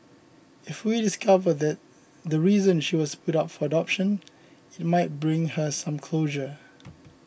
if we discover the the reason she was put up for adoption it might bring her some closure